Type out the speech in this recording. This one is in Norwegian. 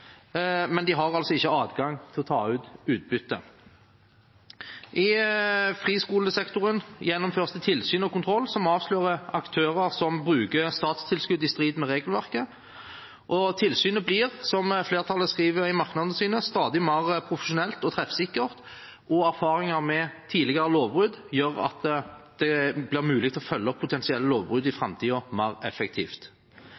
men de har ikke adgang til å ta ut utbytte. I friskolesektoren gjennomføres det tilsyn og kontroller som avslører aktører som bruker statstilskudd i strid med regelverket, og tilsynet blir, som flertallet skriver i merknadene sine: «stadig mer profesjonelt og treffsikkert, og erfaringer med tidligere lovbrudd gjør at man kan følge opp potensielle lovbrudd i